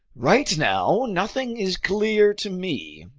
right now, nothing is clear to me,